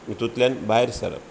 हितुंतल्यान भायर सरप